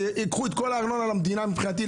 שייקחו את כל הארנונה למדינה מבחינתי,